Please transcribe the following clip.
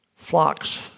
Flocks